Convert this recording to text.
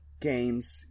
Games